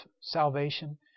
salvation